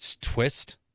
twist